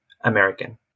American